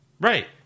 Right